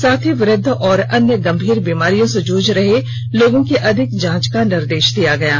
साथ ही वृद्व एवं अन्य गंभीर बीमारियों से जूझ रहे लोगों की अधिक जांच का निर्देश दिया गया है